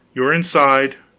you are inside,